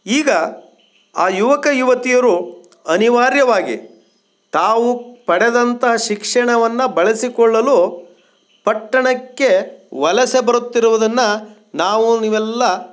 ಈಗ ಆ ಯುವಕ ಯುವತಿಯರು ಅನಿವಾರ್ಯವಾಗಿ ತಾವು ಪಡೆದಂಥ ಶಿಕ್ಷಣವನ್ನು ಬಳಸಿಕೊಳ್ಳಲೂ ಪಟ್ಟಣಕ್ಕೆ ವಲಸೆ ಬರುತ್ತಿರುವುದನ್ನು ನಾವು ನೀವೆಲ್ಲ